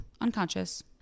unconscious